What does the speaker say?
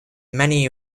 many